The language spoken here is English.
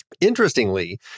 Interestingly